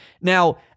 Now